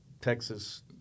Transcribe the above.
Texas